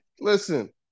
Listen